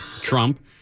Trump